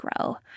grow